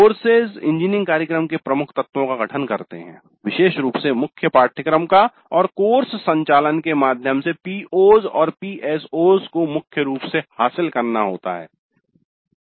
courses engineering कार्यक्रम के प्रमुख तत्वों का गठन करते हैं विशेष रूप से मुख्य पाठ्यक्रम का और कोर्स सञ्चालन के माध्यम से PO's और PSO's को मुख्य रूप से हासिल करना होता है